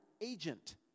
agent